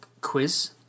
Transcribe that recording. quiz